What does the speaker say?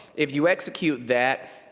if you execute that,